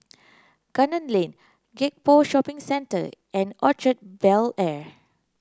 Gunner Lane Gek Poh Shopping Centre and Orchard Bel Air